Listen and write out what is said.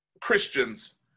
Christians